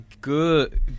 good